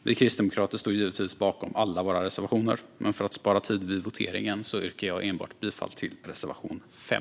Vi kristdemokrater står givetvis bakom alla våra reservationer, men för att spara tid vid voteringen yrkar jag bifall enbart till reservation 5.